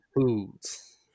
foods